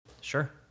sure